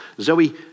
Zoe